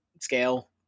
scale